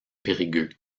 périgueux